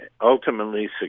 ultimately